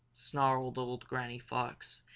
snarled old granny fox,